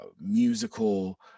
musical